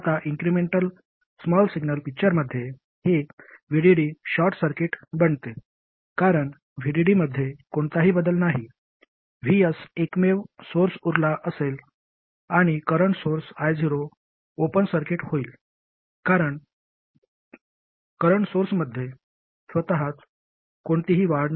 आता incremental small signal पिक्चरमध्ये हे VDD शॉर्ट सर्किट बनते कारण VDD मध्ये कोणताही बदल नाही Vs एकमेव सोर्स उरला असेल आणि current source I0 open circuit होईल कारण करंट सोर्समध्ये स्वतःच कोणतीही वाढ नाही